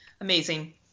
amazing